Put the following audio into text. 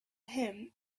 him